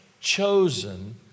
chosen